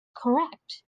correct